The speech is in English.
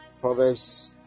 Proverbs